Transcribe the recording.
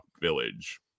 village